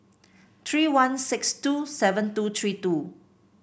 three one six two seven two three two